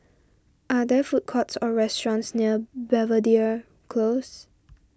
are there food courts or restaurants near Belvedere Close